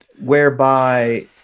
whereby